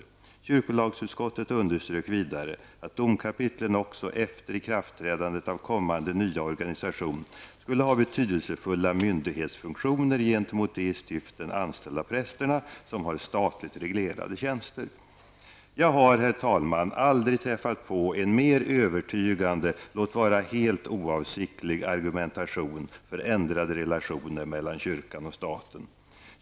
Kyrkolagsutskottet underströk vidare att domkapitlen också efter ikraftträdandet av kommande nya organisation skulle ha betydelsefulla myndighetsfunktioner gentemot de i stiften anställda prästerna, som har statligt reglerade tjänster.'' Jag har, herr talman, aldrig träffat på en mer övertygande -- låt vara helt oavsiktlig -- argumentation för ändrade relationer mellan kyrkan och staten.